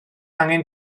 angen